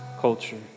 culture